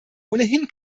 ohnehin